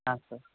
ಹಾಂ ಸರ್